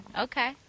Okay